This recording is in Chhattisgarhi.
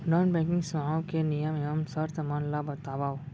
नॉन बैंकिंग सेवाओं के नियम एवं शर्त मन ला बतावव